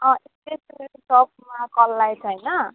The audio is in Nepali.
स्टेसनरी सपमा कल लागेछ होइन